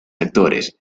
actores